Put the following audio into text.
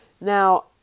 Now